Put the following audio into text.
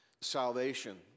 salvation